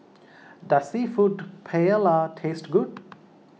does Seafood Paella taste good